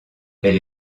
elle